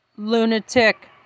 ...lunatic